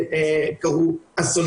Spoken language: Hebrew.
תודה רבה, מיכל.